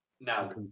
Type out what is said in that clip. Now